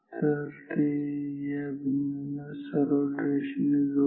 तर ते या बिंदूंना सरळ रेषेने जोडेल